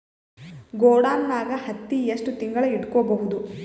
ಗೊಡಾನ ನಾಗ್ ಹತ್ತಿ ಎಷ್ಟು ತಿಂಗಳ ಇಟ್ಕೊ ಬಹುದು?